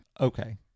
Okay